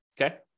okay